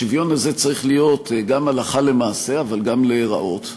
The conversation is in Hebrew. השוויון הזה צריך להיות גם הלכה למעשה אבל גם להיראות.